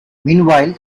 meanwhile